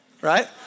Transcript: right